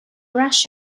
rush